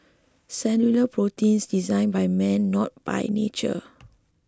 cellular proteins designed by man not by nature